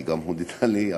היא הודתה לי,